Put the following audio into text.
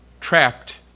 trapped